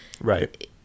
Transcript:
Right